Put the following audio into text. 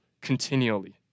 continually